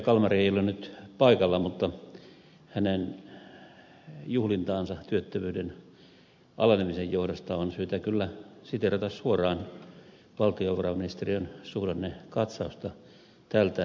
kalmari ei ole nyt paikalla mutta hänen juhlintaansa työttömyyden alenemisen johdosta on syytä kyllä verrata suoraan valtiovarainministeriön suhdannekatsaukseen tältä päivältä